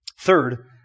Third